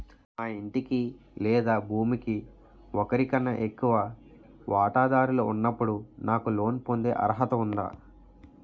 మా ఇంటికి లేదా భూమికి ఒకరికన్నా ఎక్కువ వాటాదారులు ఉన్నప్పుడు నాకు లోన్ పొందే అర్హత ఉందా?